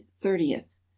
thirtieth